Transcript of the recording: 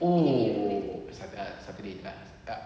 oh sat~ saturday tak tak